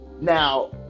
Now